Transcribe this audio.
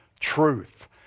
truth